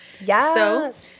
Yes